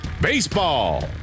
Baseball